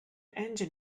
engine